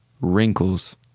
Wrinkles